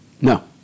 No